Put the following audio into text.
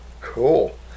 Cool